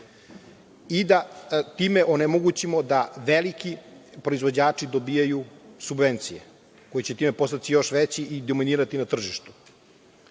i da time onemogućimo da veliki proizvođači dobijaju subvencije koji će time postati još veći i dominirati na tržištu. Očekujem